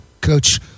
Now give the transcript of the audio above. Coach